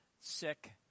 sick